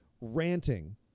ranting